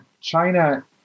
China